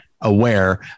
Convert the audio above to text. aware